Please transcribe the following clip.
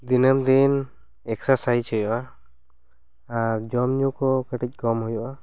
ᱫᱤᱱᱟᱹᱢ ᱫᱤᱱ ᱮᱠᱥᱟᱨᱥᱟᱭᱤᱡᱽ ᱦᱩᱭᱩᱜᱼᱟ ᱟᱨ ᱡᱚᱢ ᱧᱩ ᱠᱚ ᱠᱟᱹᱴᱤᱡ ᱠᱚᱢ ᱦᱩᱭᱩᱜᱼᱟ